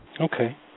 Okay